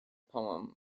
poem